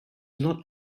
not